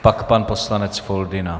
Pak pan poslanec Foldyna.